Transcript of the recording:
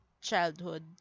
childhood